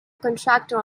contractor